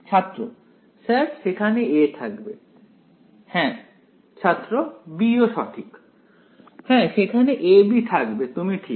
ছাত্র স্যার সেখানে a থাকবে হ্যাঁ ছাত্র b ও সঠিক হ্যাঁ সেখানে a b থাকবে তুমি ঠিক